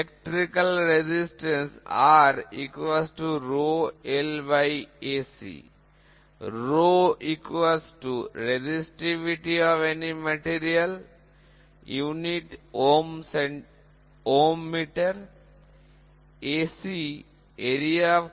বৈদ্যুতিক প্রতিরোধ R ρLAc যেখানে ρ কোন উপাদানের প্রতিরোধক ক্ষমতাΩ